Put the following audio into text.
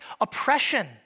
oppression